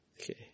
Okay